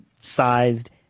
sized